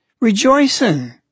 rejoicing